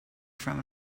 from